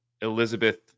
Elizabeth